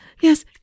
yes